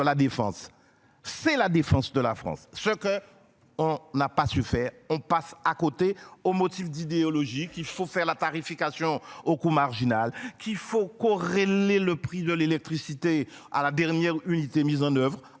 la Défense, c'est la défense de la France ce que. On n'a pas su faire on passe à côté, au motif d'idéologie qu'il faut faire la tarification au coût marginal qui faut corrélé le prix de l'électricité à la dernière unité mise en oeuvre,